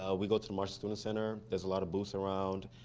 ah we go to marshall student center, there's a lot of booths around,